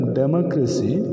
democracy